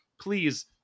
Please